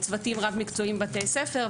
צוותים רב-מקצועיים בבתי ספר,